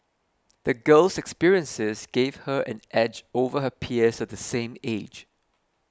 the girl's experiences gave her an edge over her peers the same age